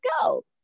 go